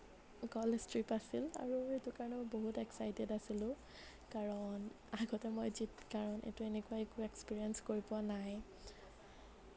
college trip অছিল আৰু সেইটো কাৰণেও বহুত এক্সাইটেড আছিলোঁ কাৰণ আগতে মই যি কাৰণ এইটো এনেকুৱা একো এক্সপিৰিয়েঞ্চ কৰি পোৱা নাই